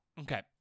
Okay